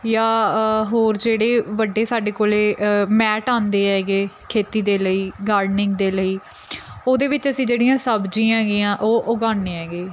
ਜਾਂ ਹੋਰ ਜਿਹੜੇ ਵੱਡੇ ਸਾਡੇ ਕੋਲ ਮੈਟ ਆਉਂਦੇ ਹੈਗੇ ਖੇਤੀ ਦੇ ਲਈ ਗਾਰਡਨਿੰਗ ਦੇ ਲਈ ਉਹਦੇ ਵਿੱਚ ਅਸੀਂ ਜਿਹੜੀਆਂ ਸਬਜ਼ੀਆਂ ਹੈਗੀਆਂ ਉਹ ਉਗਾਉਂਦੇ ਹੈਗੇ